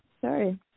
Sorry